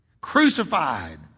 crucified